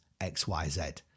XYZ